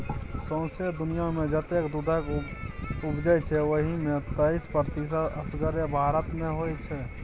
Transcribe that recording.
सौंसे दुनियाँमे जतेक दुधक उपजै छै ओहि मे तैइस प्रतिशत असगरे भारत मे होइ छै